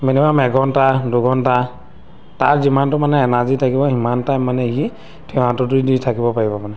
minimum এঘণ্টা দুঘণ্টা তাৰ যিমানটো মানে এনাৰ্জি থাকিব সিমান টাইম মানে সি থিয় সাঁতোৰটো দি থাকিব পাৰিব মানে